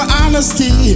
honesty